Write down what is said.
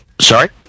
Sorry